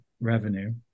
revenue